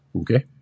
Okay